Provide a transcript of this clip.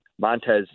Montez